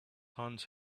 hands